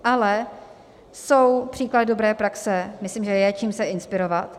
Ale jsou příklady dobré praxe, myslím, že je, čím se inspirovat.